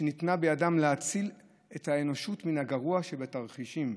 שניתנה בידיהם: להציל את האנושות מן הגרוע שבתרחישים.